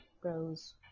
grows